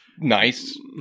nice